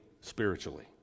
spiritually